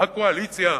הקואליציה,